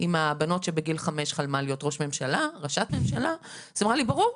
היא מהבנות שמגיל חמש חלמה להיות ראשת הממשלה והיא אמרה לי "..ברור,